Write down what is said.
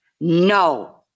no